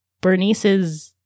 bernice's